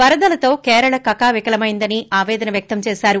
వరదలతో కేరళ కకావికలమెందని ఆపేదన వ్యక్తం చేశారు